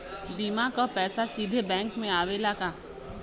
बीमा क पैसा सीधे बैंक में आवेला का?